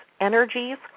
energies